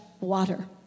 water